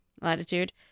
latitude